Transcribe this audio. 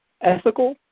ethical